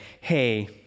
hey